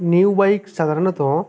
new bike সাধারণত